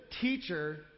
teacher